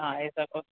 हाँ ऐसा तो